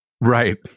Right